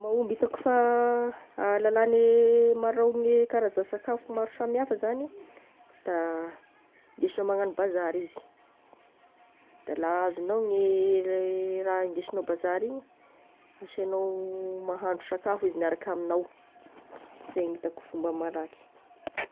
Fomba hitako fa ahalalagne maraogny gny karazan-sakafo maro samihafa zagny da ndesigna magnano bazary izy, da laha azognao gny raha ndesignao bazary igny, asaignao mahandro sakafo izy miaraka amignao, zeigny hitako fomba malaky.